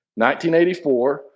1984